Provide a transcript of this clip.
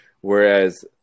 Whereas